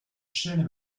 scene